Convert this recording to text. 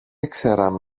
ήξεραν